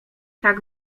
tak